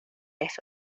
eso